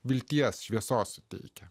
vilties šviesos suteikia